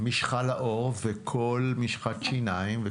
משיחה לעור, וכל משחת שיניים.